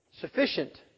sufficient